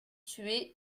tués